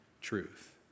truth